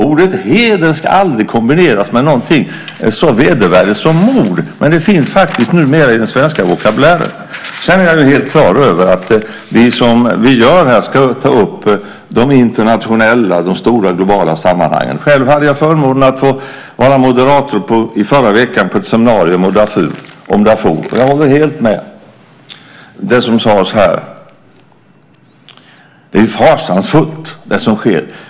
Ordet heder ska aldrig kombineras med någonting så vedervärdigt som mord, men detta ord finns faktiskt numera i den svenska vokabulären. Sedan är jag helt klar över att vi här, som vi också gör, ska ta upp de stora internationella och globala sammanhangen. Själv hade jag i förra veckan förmånen att få vara moderator på ett seminarium om Darfur. Jag håller helt med om det som sades här: Det är fasansfullt det som sker.